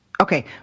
Okay